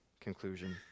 conclusion